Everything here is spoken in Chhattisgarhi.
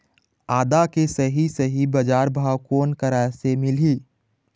आदा के सही सही बजार भाव कोन करा से मिलही?